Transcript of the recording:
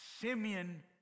Simeon